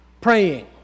Praying